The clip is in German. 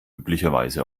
üblicherweise